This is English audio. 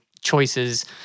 choices